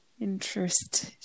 interest